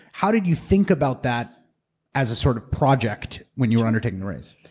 how did you think about that as a sort of project when you were undertaking the race?